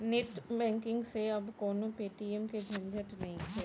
net banking से अब कवनो पेटीएम के झंझट नइखे